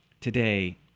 today